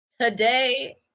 Today